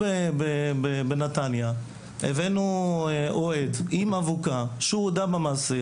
בנתניה הבאנו אוהד עם אבוקה שהודה במעשה.